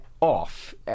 off